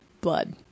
blood